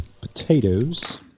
potatoes